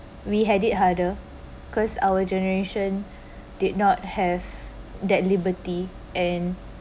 we had it harder because our generation did not have that liberty and